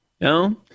No